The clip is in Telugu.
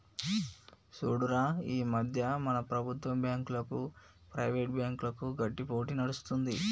చూడురా ఈ మధ్య మన ప్రభుత్వం బాంకులకు, ప్రైవేట్ బ్యాంకులకు గట్టి పోటీ నడుస్తుంది